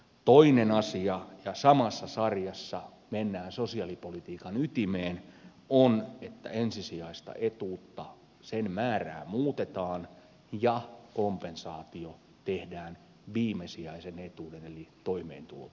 toinen asia ja samassa sarjassa mennään sosiaalipolitiikan ytimeen on että ensisijaisen etuuden määrää muutetaan ja kompensaatio tehdään viimesijaisen etuuden eli toimeentulotuen kautta